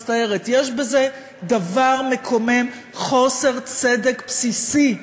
מצטערת, יש בזה דבר מקומם, חוסר צדק בסיסי.